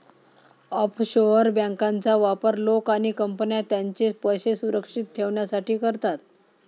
offshore बँकांचा वापर लोक आणि कंपन्या त्यांचे पैसे सुरक्षित ठेवण्यासाठी करतात